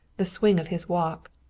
the swing of his walk.